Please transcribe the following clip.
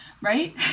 right